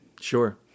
Sure